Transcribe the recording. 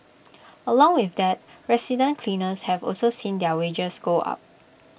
along with that resident cleaners have also seen their wages go up